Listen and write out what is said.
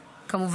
כהן: